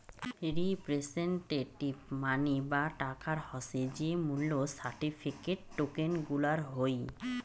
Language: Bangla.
রিপ্রেসেন্টেটিভ মানি বা টাকা হসে যে মূল্য সার্টিফিকেট, টোকেন গুলার হই